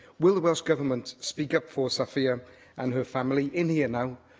will the welsh government speak up for safia and her family in here now,